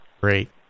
Great